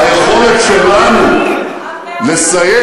היכולת שלנו לסייע,